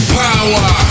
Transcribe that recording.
power